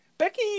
Becky